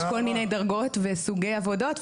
יש כל מיני דרגות וסוגי עבודות.